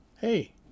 Hey